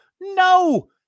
No